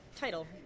title